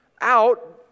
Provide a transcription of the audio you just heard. out